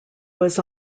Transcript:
was